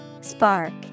Spark